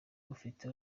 mufite